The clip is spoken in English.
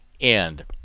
end